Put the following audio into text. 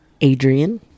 adrian